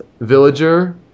Villager